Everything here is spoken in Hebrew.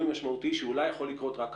משמעותי שאולי יכול לקרות רק עכשיו.